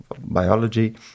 biology